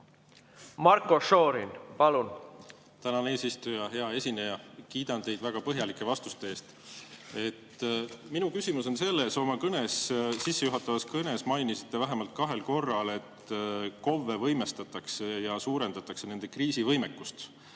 Marko Šorin, palun!